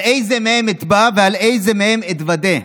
על איזה מהם אתבע ועל איזה מהם אתוודה?